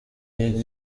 iyi